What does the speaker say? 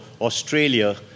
Australia